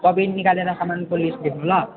copy नि निकालेर राख समानको लिस्ट लेख्नु ल